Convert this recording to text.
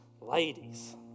Ladies